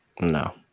No